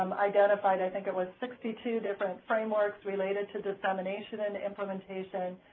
um identified i think it was sixty two different frameworks related to dissemination and implementation.